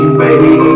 baby